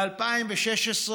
ב-2017,